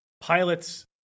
pilots